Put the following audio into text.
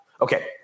okay